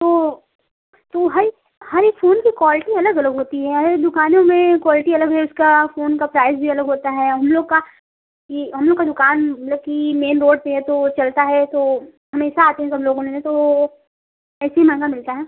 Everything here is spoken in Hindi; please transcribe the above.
तो तो हर हर एक फ़ोन की क्वालिटी अलग अलग होती है हर एक दुकानों में क्वालिटी अलग है उसका फ़ोन का प्राइज़ भी अलग होता है हम लोग का ई हम लोग का दुकान मतलब कि मेन रोड पर है तो चलता है तो हमेशा आते हैं सब लोग लेने तो ऐसे ही महंगा मिलता है